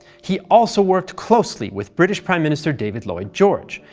he also worked closely with british prime minister david lloyd george,